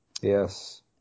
Yes